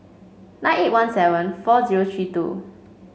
nine eight one seven four zero three two